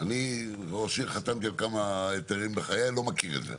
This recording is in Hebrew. אני כראש עיר שחתם על כמה היתרים בחייו לא מכיר את זה.